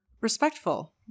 respectful